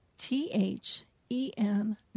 T-H-E-N